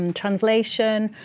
um translation,